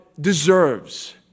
deserves